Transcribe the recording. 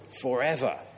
Forever